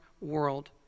world